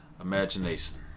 Imagination